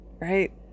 right